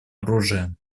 оружия